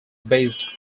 based